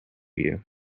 you